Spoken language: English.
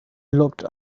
locked